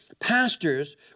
pastors